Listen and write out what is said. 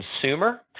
consumer